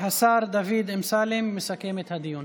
השר דוד אמסלם מסכם את הדיון.